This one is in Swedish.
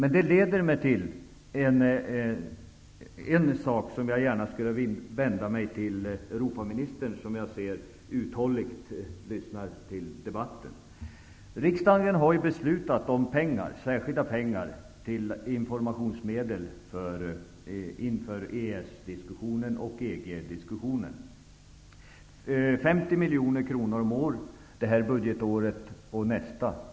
Det leder mig till att i en sak vända mig till Europaministern, som jag ser uthålligt lyssnar till debatten. Riksdagen har beslutat om särskilda pengar till information inför EES-diskussionen och EG diskussionen -- 50 miljoner kronor det här budgetåret och även nästa budgetår.